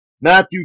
Matthew